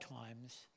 times